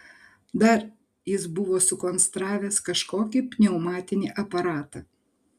dar jis buvo sukonstravęs kažkokį pneumatinį aparatą